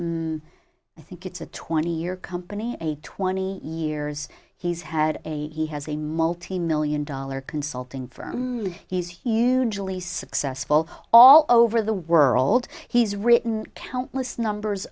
over i think it's a twenty year company a twenty years he's had a he has a multi million dollar consulting firm he's hugely successful all over the world he's written